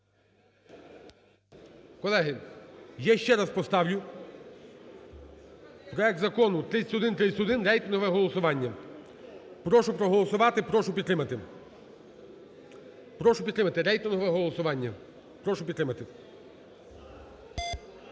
Колеги, я ще раз поставлю проект закону 3131, рейтингове голосування, прошу проголосувати, прошу підтримати, прошу підтримати, рейтингове голосування, прошу підтримати.